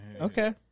Okay